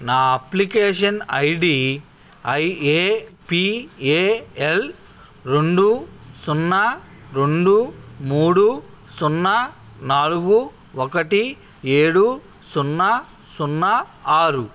నా application I D I A P A L రెండు సున్నా రెండు మూడు సున్నా నాలుగు ఒకటి ఏడు సున్నా సున్నా ఆరు